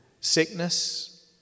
sickness